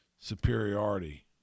superiority